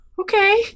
Okay